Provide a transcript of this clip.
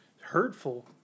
hurtful